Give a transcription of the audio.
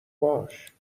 باش